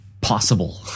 possible